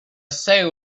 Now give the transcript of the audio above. soul